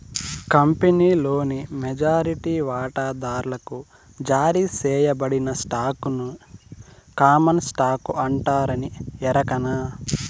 కంపినీలోని మెజారిటీ వాటాదార్లకి జారీ సేయబడిన స్టాకుని కామన్ స్టాకు అంటారని ఎరకనా